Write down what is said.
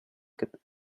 get